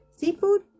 Seafood